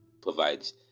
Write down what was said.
provides